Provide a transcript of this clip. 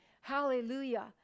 Hallelujah